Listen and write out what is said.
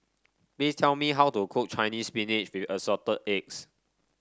please tell me how to cook Chinese Spinach with Assorted Eggs